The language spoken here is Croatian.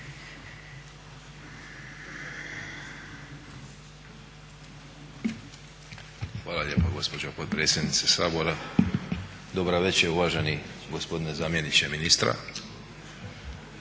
Hvala lijepo gospođo potpredsjednice Sabora. Dobro veče, uvaženi zamjeniče ministra.